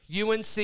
UNC